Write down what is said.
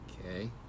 Okay